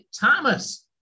Thomas